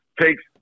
takes